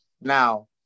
Now